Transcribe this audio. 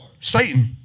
Satan